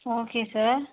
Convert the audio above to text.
okay sir